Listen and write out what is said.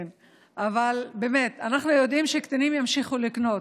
כן, אבל באמת, אנחנו יודעים שקטינים ימשיכו לקנות.